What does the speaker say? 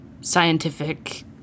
scientific